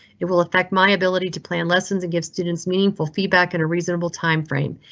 it will affect my ability to plan lessons and give students meaningful feedback in a reasonable time frame.